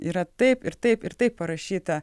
yra taip ir taip ir taip parašyta